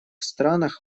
странах